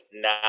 now